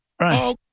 Right